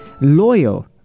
loyal